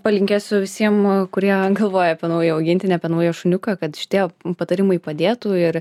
palinkėsiu visiem kurie galvoja apie naują augintinį apie naują šuniuką kad šitie patarimai padėtų ir